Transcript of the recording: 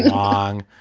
long,